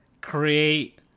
create